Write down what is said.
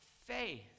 faith